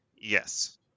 Yes